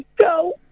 go